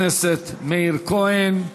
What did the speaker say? תודה לחבר הכנסת מאיר כהן.